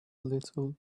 little